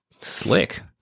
Slick